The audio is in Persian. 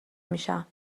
میشم